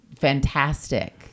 fantastic